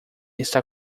está